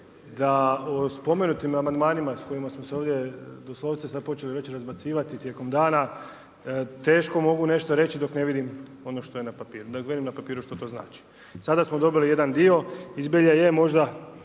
da o spomenutim amandmanima s kojima sam se ovdje doslovce sada već počeli razbacivati tijekom dana, teško mogu nešto reći dok ne vidim ono što je na papiru, … papiru što to znači. Sada smo dobili jedan dio i zbilja je možda